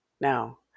Now